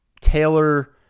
Taylor